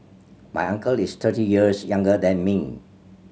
my uncle is thirty years younger than me